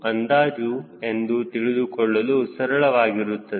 ಅಂದಾಜು ಎಂದು ತೆಗೆದುಕೊಳ್ಳಲು ಸರಳವಾಗಿರುತ್ತದೆ